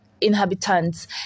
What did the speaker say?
inhabitants